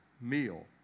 meal